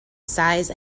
size